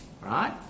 right